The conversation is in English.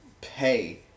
pay